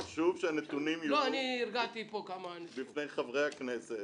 חשוב שהנתונים יהיו בפני חברי הכנסת,